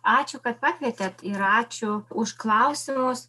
ačiū kad pakvietėt ir ačiū už klausimus